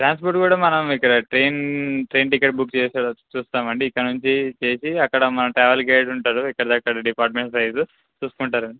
transport కూడా మనం ఇక్కడ ట్రైన్ ట్రైన్ టికెట్ బుక్ చేసే రోజు చూస్తామండి ఇక్కడ నుంచి చేసి అక్కడ మన ట్రావెల్ గైడ్ ఉంటారు ఇక్కడ అక్కడ డిపార్ట్మెంట్ వైజు చూసుకుంటారండి